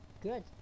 good